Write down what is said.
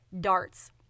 darts